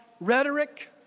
rhetoric